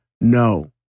No